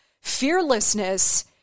Fearlessness